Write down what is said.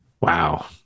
Wow